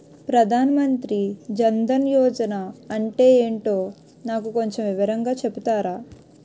ప్రధాన్ మంత్రి జన్ దన్ యోజన అంటే ఏంటో నాకు కొంచెం వివరంగా చెపుతారా?